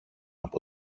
από